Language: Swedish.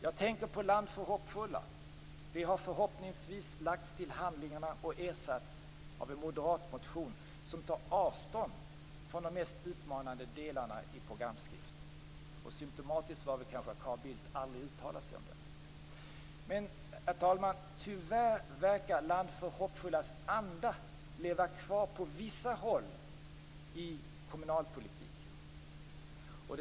Jag tänker på Land för hoppfulla, som förhoppningsvis har lagts till handlingarna och ersatts av en moderatmotion som tar avstånd från de mest utmanande delarna i pogramskriften. Symtomatiskt var kanske att Carl Bildt aldrig uttalade sig om den. Herr talman! Tyvärr verkar andan i Land för hoppfulla leva kvar på vissa håll i kommunalpolitiken.